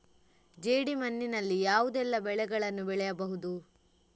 ಜೇಡಿ ಮಣ್ಣಿನಲ್ಲಿ ಯಾವುದೆಲ್ಲ ಬೆಳೆಗಳನ್ನು ಬೆಳೆಯಬಹುದು?